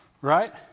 Right